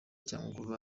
cyangugu